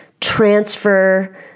transfer